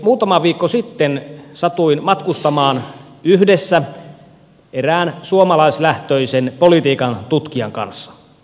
muutama viikko sitten satuin matkustamaan yhdessä erään suomalaislähtöisen politiikan tutkijan kanssa